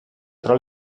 tra